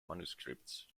manuscripts